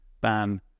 ban